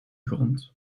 grond